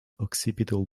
occipital